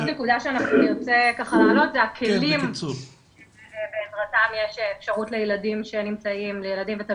עוד נקודה שנרצה להעלות זה הכלים שבעזרתם יש אפשרות לילדים ותלמידים